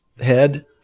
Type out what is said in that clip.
head